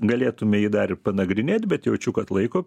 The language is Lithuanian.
galėtume jį dar ir panagrinėt bet jaučiu kad laiko